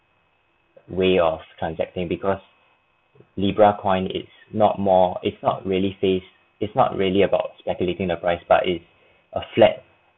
way of transacting because libra coin it's not more it's not really face it's not really about speculating the price but its a flat